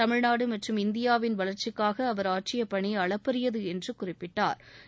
தமிழ்நாடு மற்றம் இந்தியாவின் வளர்ச்சிக்காக அவர் ஆற்றிய பணி அளப்பறியது என்று குறிப்பிட்டா்